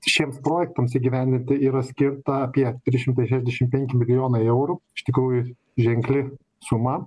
šiems projektams įgyvendinti yra skirta apie trys šimtai šešiasdešim penki milijonai eurų iš tikrųjų ženkli suma